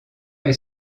est